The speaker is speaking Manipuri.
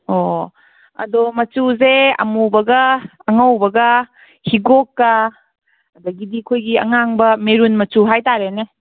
ꯑꯣ ꯑꯗꯣ ꯃꯆꯨꯖꯦ ꯑꯃꯨꯕꯒ ꯑꯉꯧꯕꯒ ꯍꯤꯒꯣꯛꯀ ꯑꯗꯒꯤꯗꯤ ꯑꯩꯈꯣꯏꯒꯤ ꯑꯉꯥꯡꯕ ꯃꯦꯔꯨꯟ ꯃꯆꯨ ꯍꯥꯏꯇꯥꯔꯦꯅꯦ